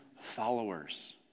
followers